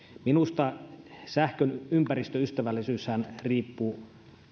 minusta sähkön ympäristöystävällisyyshän riippuu